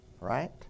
right